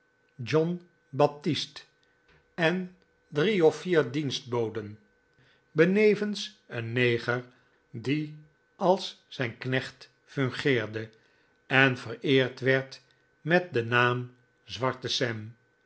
john baptist en drie of vier dienstboden benevens een neger die als knecht fungeerde en vereerd werd met den bijnaam zwarte